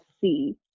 see